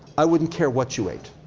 i wouldn't care what you ate.